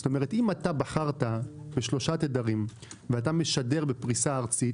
זאת אומרת אם בחרת שלושה תדרים ואתה משדר בפריסה ארצית